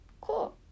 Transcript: Cool